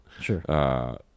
Sure